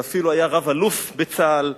שהיה אפילו רב-אלוף בצה"ל,